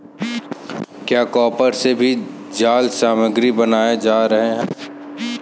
क्या कॉपर से भी जाल सामग्री बनाए जा रहे हैं?